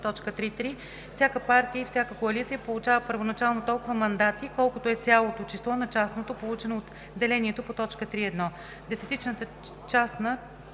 Всяка партия и всяка коалиция получава първоначално толкова мандати, колкото е цялото число на частното, получено от делението по т. 3.1.